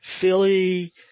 Philly